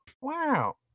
Wow